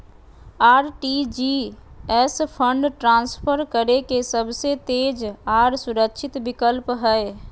RTGS fund transfer करे के सबसे तेज आर सुरक्षित विकल्प हय